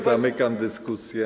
Zamykam dyskusję.